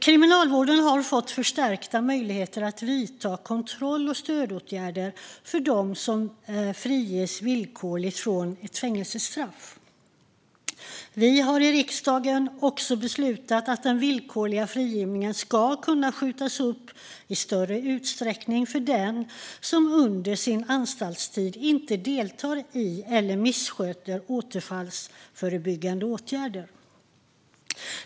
Kriminalvården har fått förstärkta möjligheter att vidta kontroll och stödåtgärder för dem som friges villkorligt från ett fängelsestraff. Vi har i riksdagen också beslutat att den villkorliga frigivningen ska kunna skjutas upp i större utsträckning för den som under sin anstaltstid inte deltar i eller missköter återfallsförebyggande åtgärder.